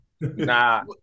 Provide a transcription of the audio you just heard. Nah